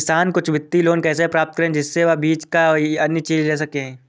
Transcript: किसान कुछ वित्तीय लोन कैसे प्राप्त करें जिससे वह बीज व अन्य चीज ले सके?